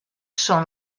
són